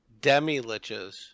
demi-liches